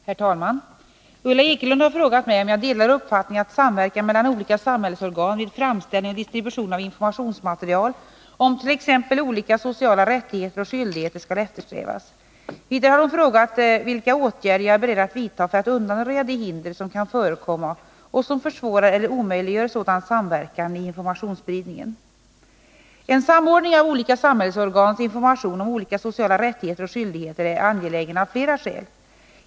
Herr talman! Ulla Ekelund har frågat mig om jag delar uppfattningen att samverkan mellan olika samhällsorgan vid framställning och distribution av informationsmaterial omt.ex. olika sociala rättigheter och skyldigheter skall eftersträvas. Vidare har hon frågat vilka åtgärder jag är beredd att vidta för att undanröja de hinder som kan förekomma och som försvårar eller omöjliggör sådan samverkan i informationsspridningen. En samordning av olika samhällsorgans information om olika sociala rättigheter och skyldigheter är angelägen av flera skäl.